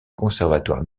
conservatoire